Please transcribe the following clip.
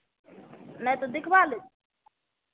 नहीं तो दिखवा ले